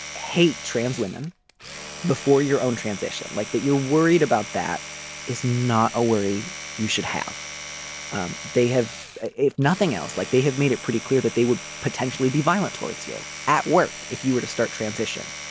hate trans women before your own transition like that you're worried about that is not a worry you should have um they have if nothing else like they have made it pretty clear that they would potentially be violent towards you at work if you were to start transition.